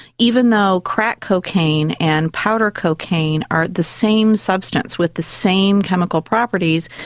even though crack cocaine and powder cocaine are the same substance with the same chemical properties,